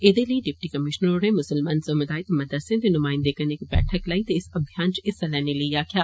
ऐदे लेई deputy commissioner होरें मुसलमान समुदाय ते मदरसे दे नुमायन्दे कन्नै इक बैठक लाई ते इस अभियान च हिस्सा लैने लेई आक्खेआ